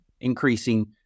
increasing